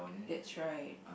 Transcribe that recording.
that's right